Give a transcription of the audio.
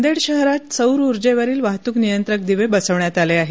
नांदेड शहरात सौर ऊर्जेवरील वाहतूक नियंत्रक दिवे बसवण्यात आले आहेत